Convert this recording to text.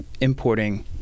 importing